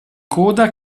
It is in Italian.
coda